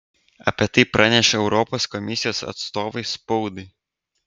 apie tai praneša europos komisijos atstovai spaudai